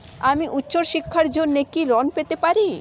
আমি উচ্চশিক্ষার জন্য কি ঋণ পেতে পারি?